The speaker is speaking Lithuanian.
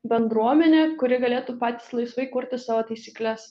bendruomene kuri galėtų patys laisvai kurti savo taisykles